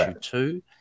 two